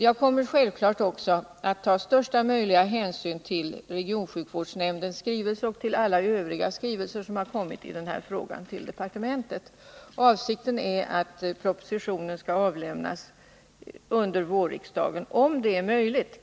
Jag kommer självfallet också att ta största möjliga hänsyn till regionsjukvårdsnämndens skrivelse och till alla övriga skrivelser som kommit in till departementet i den här frågan. Avsikten är att propositionen skall överlämnas till riksdagen under våren, om det är möjligt.